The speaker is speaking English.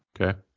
Okay